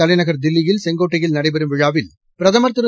தலைநகர் தில்லியில் செங்கோட்டையில் நடைபெறும் விழாவில் பிரதமர் திரு